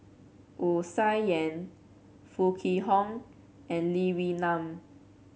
Wu Tsai Yen Foo Kwee Horng and Lee Wee Nam